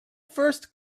first